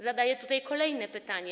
Zadaję tutaj kolejne pytanie.